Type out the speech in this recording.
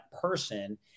person